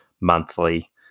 monthly